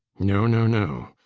no, no, no!